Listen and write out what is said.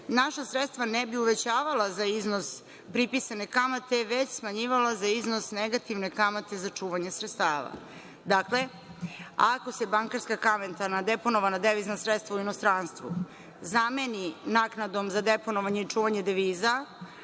naša sredstva ne bi uvećavala za iznos pripisane kamate, već smanjivala za iznos negativne kamate za čuvanje sredstava. Dakle, ako se bankarska kamata na deponovana devizna sredstva u inostranstvu zameni naknadom za deponovanje i čuvanje deviza,